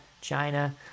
China